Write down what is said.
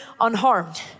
unharmed